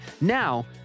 now